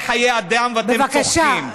זה חיי אדם, ואתם צוחקים.